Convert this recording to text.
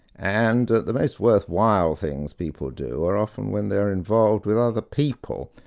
and the most worthwhile things people do are often when they're involved with other people,